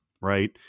right